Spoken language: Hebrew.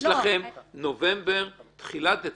יש לכם נובמבר, תחילת דצמבר.